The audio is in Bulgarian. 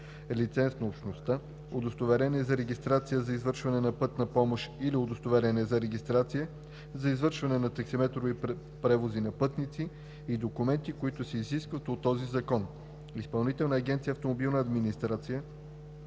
лиценз на Общността, удостоверение за регистрация за извършване на „Пътна помощ“ или удостоверение за регистрация – за извършване на таксиметрови превози на пътници, и документи, които се изискват от този закон. Изпълнителна агенция „Автомобилна администрация“